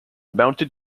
mounted